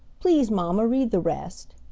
please, mamma, read the rest,